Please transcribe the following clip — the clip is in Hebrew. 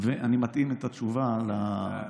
אני מתאים את התשובה לשואל.